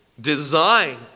design